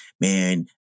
man